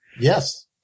Yes